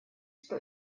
что